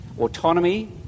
autonomy